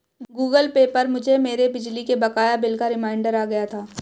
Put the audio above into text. Google Pay पर मुझे मेरे बिजली के बकाया बिल का रिमाइन्डर आ गया था